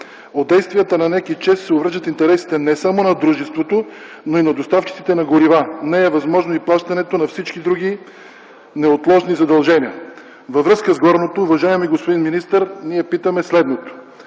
От действията на НЕК и ЧЕЗ се увреждат интересите не само на дружеството, но и на доставчиците на горива. Не е възможно и плащането на всички други неотложни задължения. Във връзка с горното, уважаеми господин министър, ние питаме следното.